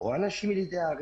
או ילידי הארץ,